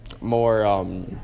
more